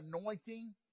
anointing